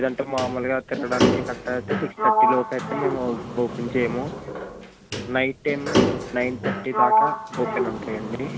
లేదంటే మామూలుగా తిరగడానికి కట్టా అయితే సిక్స్ థర్టీ లోపు అయితే మేము ఓపెన్ చేయము నైట్ టైము నైన్ థర్టీ దాకా ఓపెన్ ఉంటాయండి